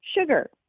sugar